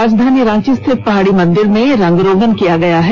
राजधानी रांची स्थित पहाड़ी मंदिर में रंग रोगन किया गया है